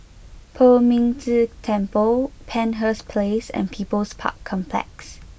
Poh Ming Tse Temple Penshurst Place and People's Park Complex